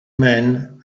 men